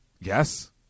Yes